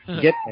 Get